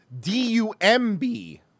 D-U-M-B